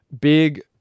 big